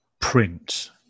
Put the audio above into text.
print